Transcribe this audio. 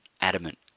adamant